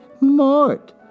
mort